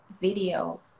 video